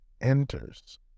enters